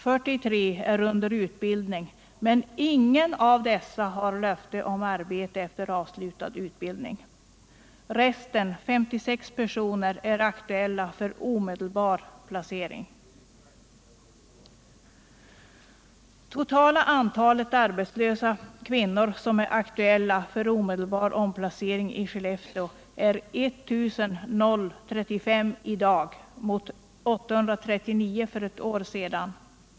43 personer är under utbildning, men ingen av dessa har löfte om arbete efter avslutad utbildning. Återstående 56 personer är aktuella för omedelbar placering. Det totala antalet arbetslösa kvinnor som är aktuella för omedelbar placering i Skellefteå är i dag 1035 mot 839 för ett år sedan.